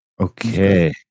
Okay